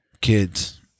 kids